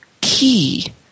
key